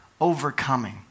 overcoming